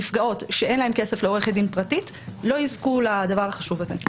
נפגעות שאין להן כסף לעורכת דין פרטית לא יזכו לדבר החשוב הזה.